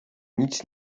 nic